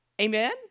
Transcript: Amen